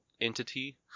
entity